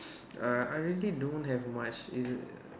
err I really don't have much is